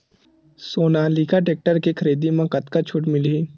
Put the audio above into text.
Sonalika tractor के खरीदी मा कतका छूट मीलही?